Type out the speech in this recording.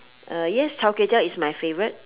uh yes char kway teow is my favourite